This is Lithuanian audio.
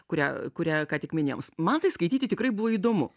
kurią kurią ką tik minėjom man tai skaityti tikrai buvo įdomu